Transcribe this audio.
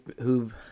who've